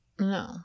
No